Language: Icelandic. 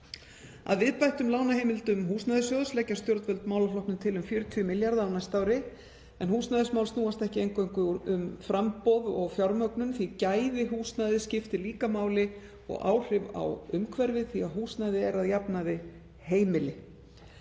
Að viðbættum lánsheimildum Húsnæðissjóðs leggja stjórnvöld málaflokknum til um 40 milljarða á næsta ári. En húsnæðismál snúast ekki eingöngu um framboð og fjármögnun; gæði húsnæðis skipta líka máli og áhrif á umhverfið því að húsnæði er að jafnaði heimili.